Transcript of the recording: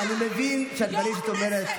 כתב קהלת.